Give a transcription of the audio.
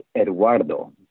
Eduardo